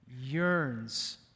yearns